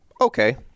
okay